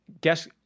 Guess